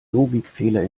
logikfehler